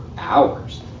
hours